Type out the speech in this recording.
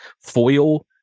foil